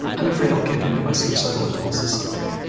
i'm afraid i'll give in to my suicidal impulses someday.